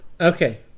Okay